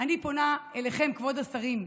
אני פונה אליכם, כבוד השרים,